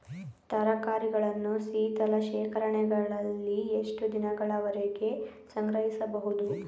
ತರಕಾರಿಗಳನ್ನು ಶೀತಲ ಶೇಖರಣೆಗಳಲ್ಲಿ ಎಷ್ಟು ದಿನಗಳವರೆಗೆ ಸಂಗ್ರಹಿಸಬಹುದು?